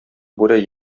бүре